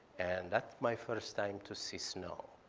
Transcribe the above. and that's my first time to see snow.